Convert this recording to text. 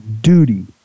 duty